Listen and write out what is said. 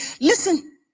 Listen